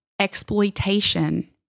exploitation